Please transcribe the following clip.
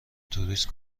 توریست